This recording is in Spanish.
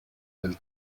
del